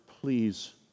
please